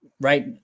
right